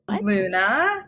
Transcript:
Luna